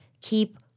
keep